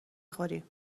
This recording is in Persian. خوریم